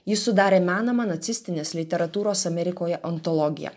jis sudarė menamą nacistinės literatūros amerikoje ontologiją